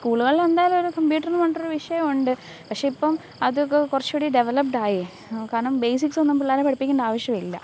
സ്കൂളുകളിൽ എന്തായാലും ഒരു കമ്പ്യൂട്ടർ എന്ന് പറഞ്ഞിട്ടൊരു വിഷയം ഉണ്ട് പക്ഷെ ഇപ്പോള് അതൊക്കെ കുറച്ചൂടി ഡെവലപ്പ്ഡ് ആയി കാരണം ബേസിക്സ് ഒന്നും പിള്ളാരെ പഠിപ്പിക്കേണ്ട ആവശ്യമില്ല